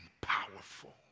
powerful